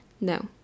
no